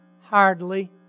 Hardly